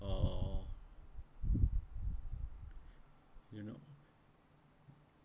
uh you know